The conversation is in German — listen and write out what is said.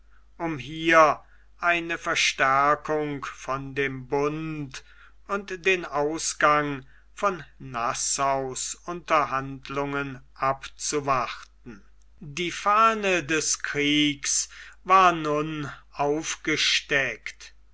um hier eine verstärkung von dem bunde und den ausgang von nassaus unterhandlungen abzuwarten die fahne des kriegs war nun aufgesteckt